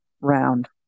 round